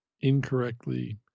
incorrectly